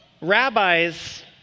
rabbis